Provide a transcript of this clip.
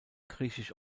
griechisch